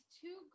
two